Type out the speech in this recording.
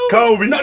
Kobe